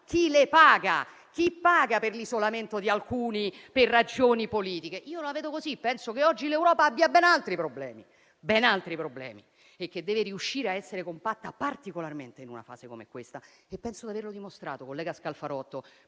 chi le paga? Chi paga per l'isolamento di alcuni per ragioni politiche? Io la vedo così e penso che oggi l'Europa abbia ben altri problemi e debba riuscire a essere compatta, particolarmente in una fase come questa. E penso di averlo dimostrato, collega Scalfarotto.